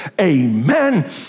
Amen